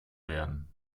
werden